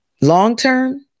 long-term